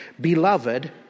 Beloved